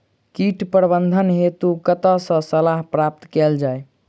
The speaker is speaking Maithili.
कीट प्रबंधन हेतु कतह सऽ सलाह प्राप्त कैल जाय?